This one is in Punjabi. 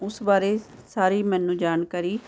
ਉਸ ਬਾਰੇ ਸਾਰੀ ਮੈਨੂੰ ਜਾਣਕਾਰੀ